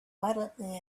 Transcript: violently